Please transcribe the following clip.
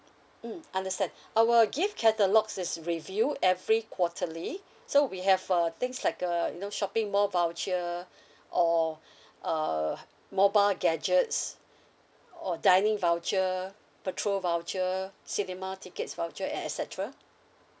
mm understand our gift catalogues is review every quarterly so we have uh things like uh you know shopping mall voucher or uh mobile gadgets or dining voucher petrol voucher cinema tickets voucher and et cetera